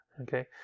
Okay